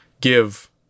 give